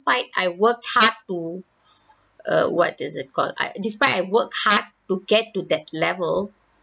fight I worked hard to uh what is it called I despite I worked hard to get to that level